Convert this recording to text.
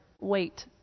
wait